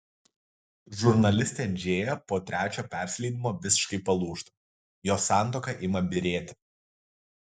žurnalistė džėja po trečio persileidimo visiškai palūžta jos santuoka ima byrėti